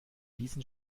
diesen